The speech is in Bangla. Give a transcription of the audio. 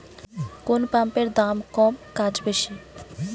কোন পাম্পের দাম কম কাজ বেশি?